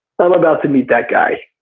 i'm about to meet that guy.